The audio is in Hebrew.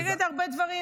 נגד הרבה דברים.